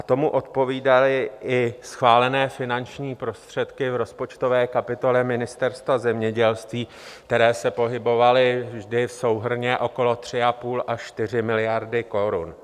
Tomu odpovídaly i schválené finanční prostředky v rozpočtové kapitole Ministerstva zemědělství, které se pohybovaly vždy souhrnně okolo 3,5 až 4 miliard korun.